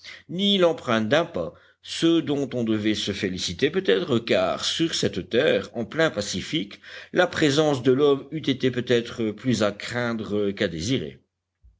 ni l'empreinte d'un pas ce dont on devait se féliciter peut-être car sur cette terre en plein pacifique la présence de l'homme eût été peut-être plus à craindre qu'à désirer